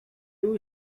two